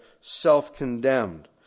self-condemned